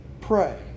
pray